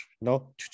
no